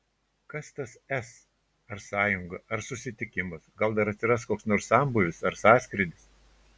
kas tas s ar sąjunga ar susitikimas gal dar atsiras koks nors sambūvis ar sąskrydis